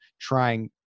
trying